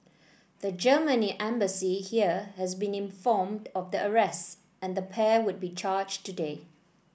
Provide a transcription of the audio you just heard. the Germany Embassy here has been informed of the arrests and the pair would be charged today